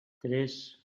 tres